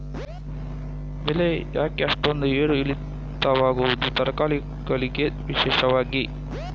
ಬೆಳೆ ಯಾಕೆ ಅಷ್ಟೊಂದು ಏರು ಇಳಿತ ಆಗುವುದು, ತರಕಾರಿ ಗಳಿಗೆ ವಿಶೇಷವಾಗಿ?